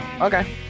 Okay